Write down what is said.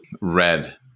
red